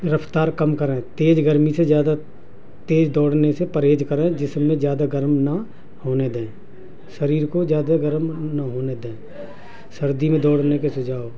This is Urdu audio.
رفتار کم کریں تیز گرمی سے زیادہ تیز دوڑنے سے پرہیز کریں جس میں زیادہ گرم نہ ہونے دیں شریر کو زیادہ گرم نہ ہونے دیں سردی میں دوڑنے کے سجھاؤ